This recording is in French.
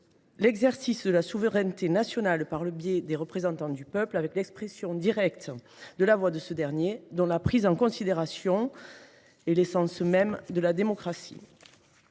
l’exercice de la souveraineté nationale par le biais des représentants du peuple avec l’expression directe de la voix de ce dernier, dont la prise en considération est l’essence même de la démocratie.